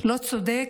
לא צודק,